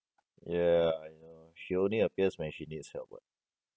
ya I know she only appears when she needs help lah